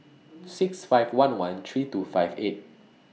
six five one one three two five eight